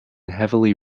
heavily